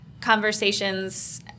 conversations